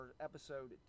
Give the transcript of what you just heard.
episode